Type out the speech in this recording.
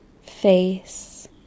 face